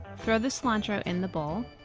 throw the cilantro in the bowl.